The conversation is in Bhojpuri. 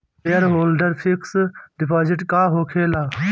सेयरहोल्डर फिक्स डिपाँजिट का होखे ला?